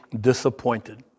disappointed